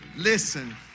listen